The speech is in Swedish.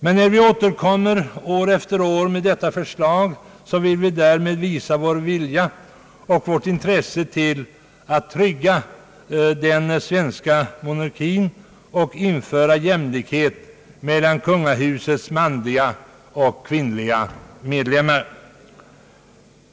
Men när vi återkommer år efter år med detta förslag vill vi därmed visa vår vilja och vårt intresse att trygga den svenska monarkin och införa jämlikhet mellan kungahusets manliga och kvinnliga medlemmar.